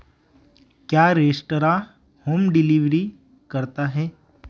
क्या restaurant home delivery करता है